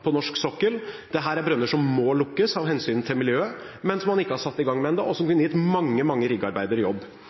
på norsk sokkel. Dette er brønner som må lukkes av hensyn til miljøet, men som man ikke har satt i gang med ennå, og som kunne gitt mange riggarbeidere jobb.